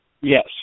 Yes